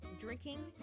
drinking